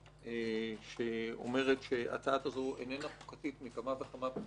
שאומרת שההצעה הזאת אינה חוקתית מכמה וכמה בחינות.